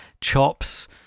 chops